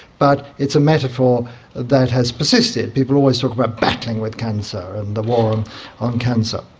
but it's a metaphor that has persisted. people always talk about battling with cancer and the war on cancer.